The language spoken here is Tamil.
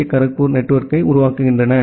டி கரக்பூர் நெட்வொர்க்கை உருவாக்குகின்றன